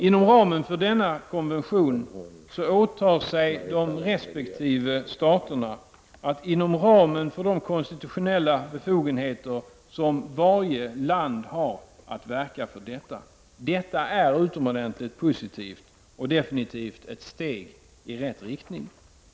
Inom ramen för denna konvention åtar sig de resp. staterna att inom ramen för de konstitutionella befogenheterna som varje land har verka för detta. Det är utomordentligt positivt och definitivt ett steg i rätt riktning.